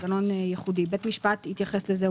בית המשפט התייחס לזה.